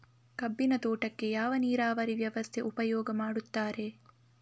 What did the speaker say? ಕಬ್ಬಿನ ತೋಟಕ್ಕೆ ಯಾವ ನೀರಾವರಿ ವ್ಯವಸ್ಥೆ ಉಪಯೋಗ ಮಾಡುತ್ತಾರೆ?